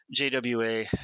JWA